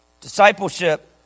discipleship